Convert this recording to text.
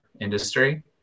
industry